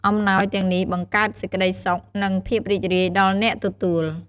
អំណោយទាំងនេះបង្កើតសេចក្ដីសុខ និងភាពរីករាយដល់អ្នកទទួល។